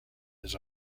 his